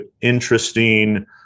interesting